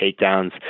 takedowns